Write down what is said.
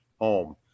Home